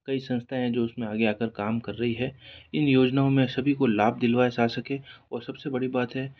कई संस्था हैं जो उसमें आगे आकर काम कर रही है इन योजनाओं में सभी को लाभ दिलवाया जा सके और सबसे बड़ी बात है